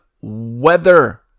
weather